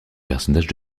personnage